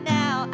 now